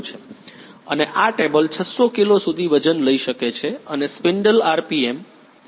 અને આ table 600 kilo સુધી વજન લઈ શકે છે અને સ્પિન્ડલ આરપીએમ 31